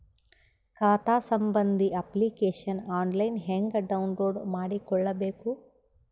ಖಾತಾ ಸಂಬಂಧಿ application online ಹೆಂಗ್ ಡೌನ್ಲೋಡ್ ಮಾಡಿಕೊಳ್ಳಬೇಕು?